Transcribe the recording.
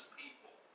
people